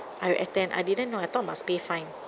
I will attend I didn't know I thought must pay fine